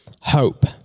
hope